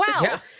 Wow